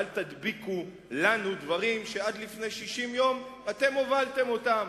ואל תדביקו לנו דברים שעד לפני 60 יום אתם הובלתם אותם.